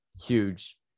huge